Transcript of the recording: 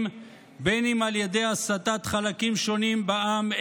בין אם על ידי הסתת חלקים שונים בעם,